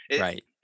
Right